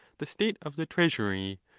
the state of the treasury,